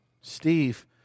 Steve